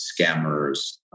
scammers